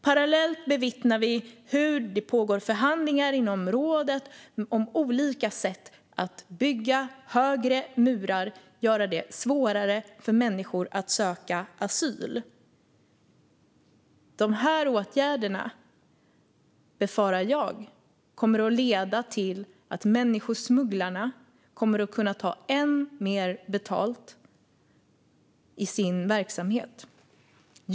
Parallellt bevittnar vi hur det pågår förhandlingar inom rådet om olika sätt att bygga högre murar och göra det svårare för människor att söka asyl. Dessa åtgärder kommer, befarar jag, att leda till att människosmugglarna kommer att kunna ta ännu mer betalt i sin verksamhet.